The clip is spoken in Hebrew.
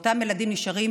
ואותם ילדים נשארים